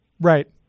Right